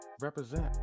represent